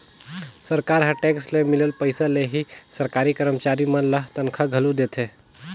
सरकार ह टेक्स ले मिलल पइसा ले ही सरकारी करमचारी मन ल तनखा घलो देथे